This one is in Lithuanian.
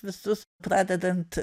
visus pradedant